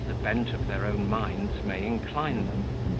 as the bent of their own minds may incline them.